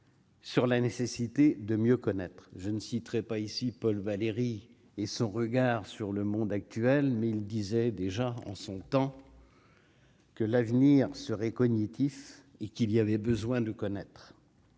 Sur la nécessité de mieux connaître, je ne citerai pas ici, Paul Valéry et son regard sur le monde actuel, mais il disait déjà en son temps. Que l'avenir serait cognitifs et qu'il y avait besoin de connaître.